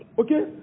Okay